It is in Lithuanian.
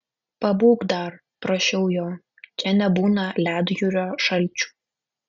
pabūk dar prašiau jo čia nebūna ledjūrio šalčių